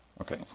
Okay